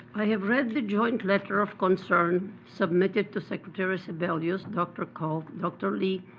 i have read the joint letter of concerns submitted to secretary sebelius, dr. koh, dr. lee,